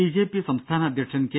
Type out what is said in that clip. BJP സംസ്ഥാന അദ്ധ്യക്ഷൻ K